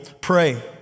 pray